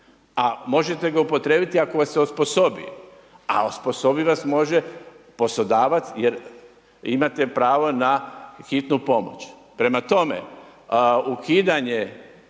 a možete ga upotrijebiti ako vas se osposobi, a osposobit vas može poslodavac jer imate pravo na hitnu pomoć. Prema tome a ukidanje